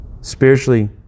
spiritually